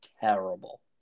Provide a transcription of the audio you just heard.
terrible